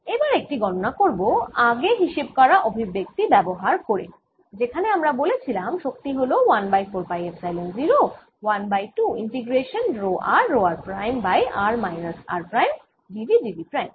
এবার এটি গণনা করব আগে হিসেব করা অভিব্যক্তি ব্যবহার করে যেখানে আমরা বলেছিলাম শক্তি হল 1 by 4 pi epsilon 0 1 by 2 integration rho r rho r prime by r minus r prime dv dv prime